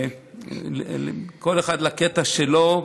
כל אחד לקטע שלו,